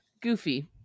goofy